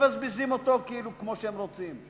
מבזבזים אותו כמו שהם רוצים.